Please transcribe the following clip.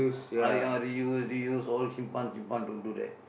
ah ya reuse reuse all don't do that